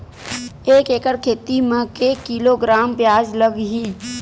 एक एकड़ खेती म के किलोग्राम प्याज लग ही?